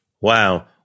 Wow